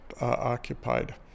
occupied